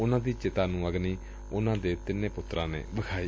ਉਨੂਾਂ ਦੀ ਚਿਤਾ ਨੂੰ ਅਗਨੀ ਉਨੂਾਂ ਦੇ ਤਿੰਨੇ ਪੁੱਤਰਾਂ ਨੇ ਵਿਖਾਈ